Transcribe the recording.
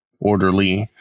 orderly